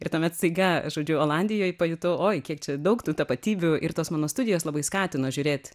ir tuomet staiga žodžiu olandijoj pajutau oi kiek čia daug tų tapatybių ir tos mano studijos labai skatino žiūrėt